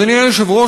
אדוני היושב-ראש,